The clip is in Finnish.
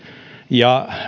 ja